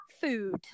food